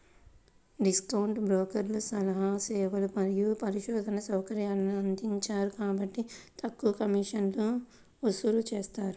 discount బ్రోకర్లు సలహా సేవలు మరియు పరిశోధనా సౌకర్యాలను అందించరు కాబట్టి తక్కువ కమిషన్లను వసూలు చేస్తారు